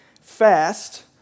fast